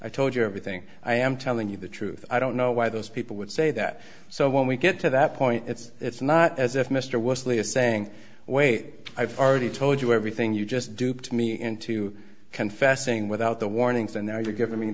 i told you everything i am telling you the truth i don't know why those people would say that so when we get to that point it's it's not as if mr wesley is saying wait i've already told you everything you just duped me into confessing without the warnings and now you're giving